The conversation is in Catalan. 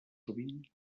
sovint